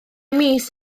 mis